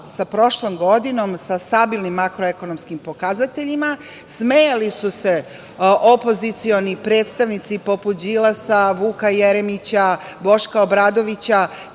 sa prošlom godinom sa stabilnim makroekonomskim pokazateljima. Smejali su se opozicioni predstavnici, poput Đilasa, Vuka Jeremića, Boška Obradovića,